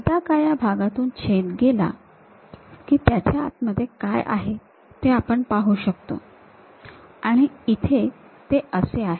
एकदा का या भागातून छेद गेला कि त्याच्या आतमध्ये काय आहे ते आपण पाहून शकतो आणि इथे ते असे आहे